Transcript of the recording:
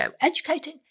Educating